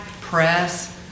press